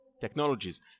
technologies